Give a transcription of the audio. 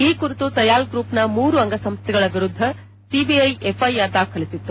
ಈ ಕುರಿತು ತಯಾಲ್ ಗ್ರೂಪ್ನ ಮೂರು ಅಂಗಸಂಸ್ಟೆಗಳ ವಿರುದ್ದ ಸಿಬಿಐ ಎಫ್ಐಆರ್ ದಾಖಲಿಸಿತ್ತು